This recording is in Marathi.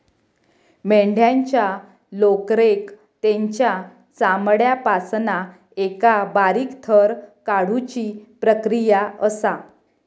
मेंढ्यांच्या लोकरेक तेंच्या चामड्यापासना एका बारीक थर काढुची प्रक्रिया असा